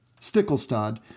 Stickelstad